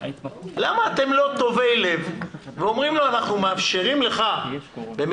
למה אתם לא טובי לב ואומרים לו: אנחנו מאפשרים לך במסגרת